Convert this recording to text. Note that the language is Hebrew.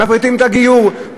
מפריטים את הגיור,